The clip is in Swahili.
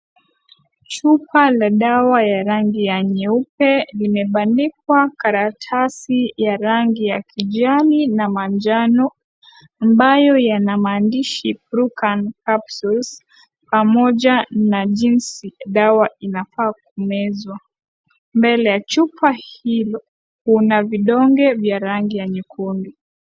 Chupa la dawa ya rangi ya nyeupe ,kimepandikwa karatasi ya rangi ya kijani na manjano ambayo Yana maandishi capsules pamoja na jinsi dawa inafaa kumezwa. Mbele ya chupa hiyo kuna vidonge ya rangi ya nyekundu.